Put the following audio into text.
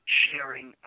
sharing